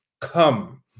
come